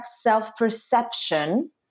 self-perception